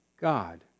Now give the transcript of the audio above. God